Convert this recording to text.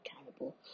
accountable